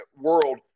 world